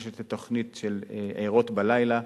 יש התוכנית "ערות בלילה",